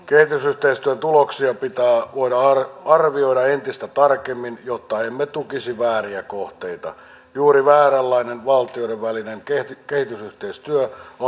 me olemme tänään yhdessä ministeri rehnin kanssa temin joryssä johtoryhmässä antaneet viestiä että tämmöinen vaikutusarviointi tehdään ja se on työn alla